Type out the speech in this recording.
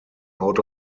out